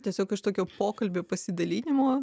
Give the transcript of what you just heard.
tiesiog iš tokio pokalbio pasidalinimo